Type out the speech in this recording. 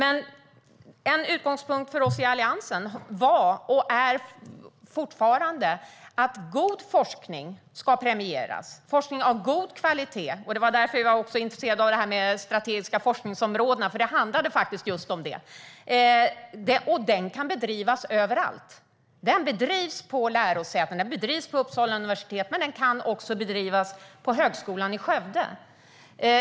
En utgångspunkt för oss i Alliansen var dock, och är fortfarande, att god forskning ska premieras - forskning av god kvalitet. Det var också därför vi var intresserade av detta med de strategiska forskningsområdena, för det handlade faktiskt just om det. Den kan bedrivas överallt. Den bedrivs på lärosäten. Den bedrivs på Uppsala universitet, men den kan också bedrivas på Högskolan i Skövde.